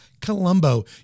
Colombo